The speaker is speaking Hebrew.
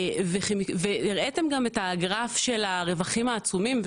והראיתם גם את הגרף של הרווחים העצומים,